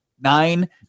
nine